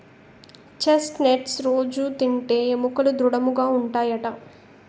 chest nuts రొజూ తింటే ఎముకలు దృడముగా ఉంటాయట